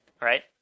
right